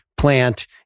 Plant